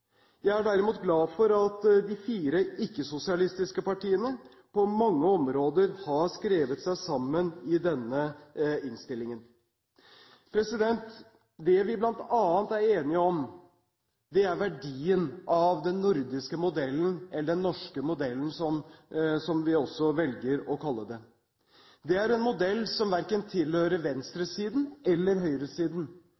Jeg er derimot glad for at de fire ikke-sosialistiske partiene på mange områder har skrevet seg sammen i denne innstillingen. Det vi bl.a. er enige om, er verdien av den nordiske modellen – eller den norske modellen, som vi også velger å kalle den. Det er en modell som verken tilhører